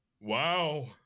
Wow